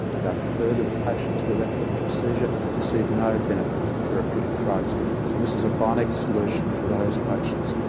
about a third of patients with epileptic seizure receive no benefit from therapeutic drugs. so this is a bionic solution for those patients,